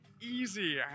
easy